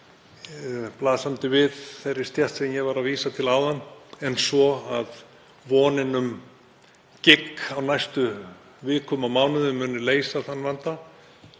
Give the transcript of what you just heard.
blasi við þeirri stétt sem ég var að vísa til áðan en svo að vonin um gigg á næstu vikum og mánuðum muni leysa þann vanda.